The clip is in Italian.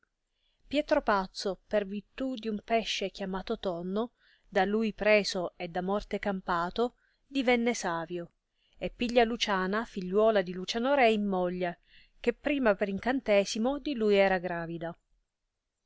pietro pazzo per virtù di un pesce chiamato tonno da lui preso e da morte campato divenne savio e piglia luciana figliuola di luciano re in moglie che prima per incantesimo di lui era gravida